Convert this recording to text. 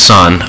Son